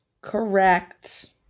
Correct